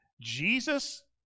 Jesus